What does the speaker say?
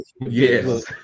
Yes